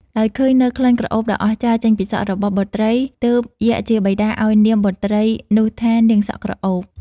ដោយឃើញនូវក្លិនក្រអូបដ៏អស្ចារ្យចេញពីសក់របស់បុត្រីទើបយក្សជាបិតាឲ្យនាមបុត្រីនោះថា "នាងសក់ក្រអូប"។